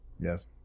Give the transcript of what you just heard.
Yes